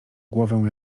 głowę